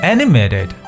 Animated